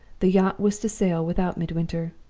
the yacht was to sail without midwinter,